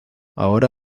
ahora